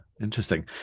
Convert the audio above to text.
interesting